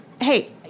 Hey